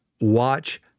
watch